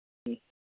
ꯎꯝ